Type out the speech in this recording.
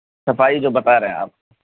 صفائی جو بتا رہے ہیں آپ